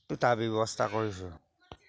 তো তাৰ ব্যৱস্থা কৰিছোঁ